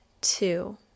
two